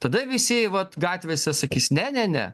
tada visi vat gatvėse sakys ne ne ne